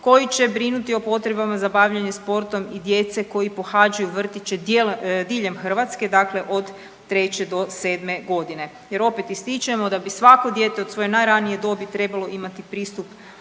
koji će brinuti o potrebama za bavljenje sportom i djece koji pohađaju vrtiće diljem Hrvatske, dakle od 3. do 7. godine jer opet ističemo da bi svako dijete od svoje najranije dobi trebalo imati pristup